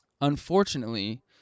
Unfortunately